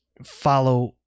follow